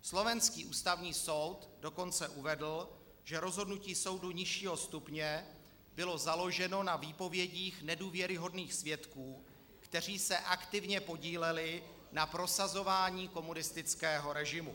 Slovenský Ústavní soud dokonce uvedl, že rozhodnutí soudu nižšího stupně bylo založeno na výpovědích nedůvěryhodných svědků, kteří se aktivně podíleli na prosazování komunistického režimu.